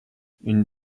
une